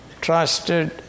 trusted